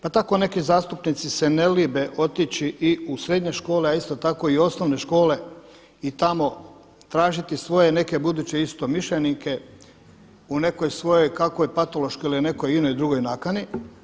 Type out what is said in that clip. Pa tako neki zastupnici se ne libe otići i u srednje škole, a isto tako i u osnovne škole i tamo tražiti svoje neke buduće istomišljenike, u nekoj svojoj kako i patološkoj ili u nekoj ininoj drugoj nakani.